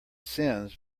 sends